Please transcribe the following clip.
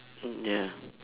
mm ya